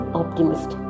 optimist